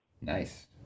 Nice